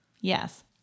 Yes